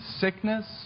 sickness